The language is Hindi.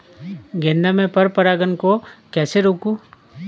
गेंदा में पर परागन को कैसे रोकुं?